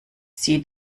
sie